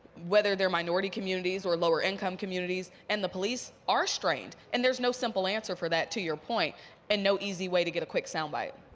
whether they're minority communities or lower income communities and the police are strained and there's no simple answer for that to your point and to easy way to get a quick sound bite.